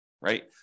right